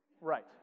Right